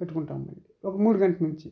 పెట్టుకుంటాము ఒక మూడు గంటల నుంచి